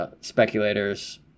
Speculators